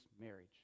marriage